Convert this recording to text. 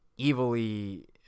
evilly